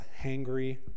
hangry